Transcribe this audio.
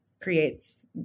creates